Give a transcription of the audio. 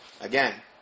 Again